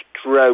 stroke